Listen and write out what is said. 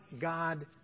God